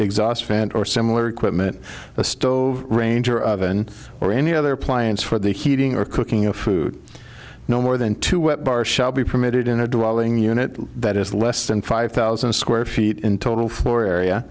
exhaust fans or similar equipment a stove ranger oven or any other appliance for the heating or cooking of food no more than two wet bar shall be permitted in a dwelling unit that is less than five thousand square feet in total floor area